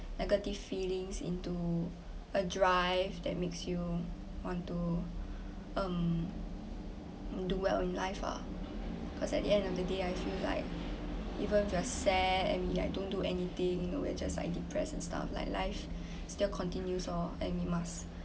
negative feelings into a drive that makes you want to um do well in life lah because at the end of the day I feel like even if we are sad and we like don't do anything you know we're just like depressed and stuff like life still continues lor and we must